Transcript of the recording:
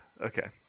okay